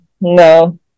no